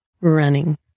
running